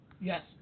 Yes